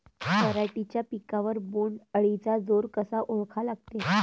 पराटीच्या पिकावर बोण्ड अळीचा जोर कसा ओळखा लागते?